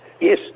Yes